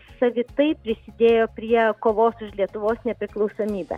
savitai prisidėjo prie kovos už lietuvos nepriklausomybę